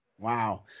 Wow